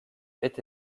fait